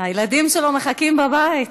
הילדים שלו מחכים בבית.